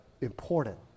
important